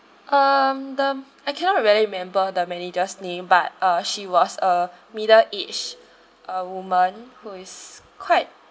um the I cannot really remember the manager's name but uh she was a middle aged uh woman who is quite